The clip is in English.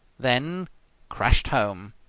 then crashed home.